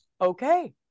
okay